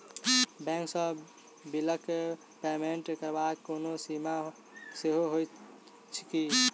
Bank सँ बिलक payment करबाक कोनो सीमा सेहो छैक की?